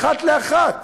אחת לאחת.